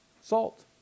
Salt